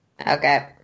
Okay